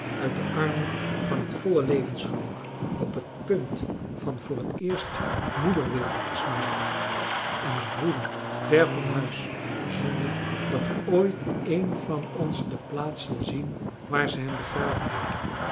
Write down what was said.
uit de armen van het volle levensgeluk op het punt van voor het eerst moederweelde te smaken en een broeder ver van huis zonder dat ooit een van ons de plaats zal zien waar ze hem begraven hebben